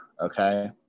Okay